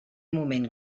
moment